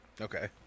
Okay